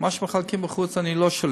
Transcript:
מה שמחלקים בחוץ, אני לא שולט.